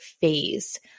phase